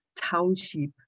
township